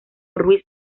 ruiz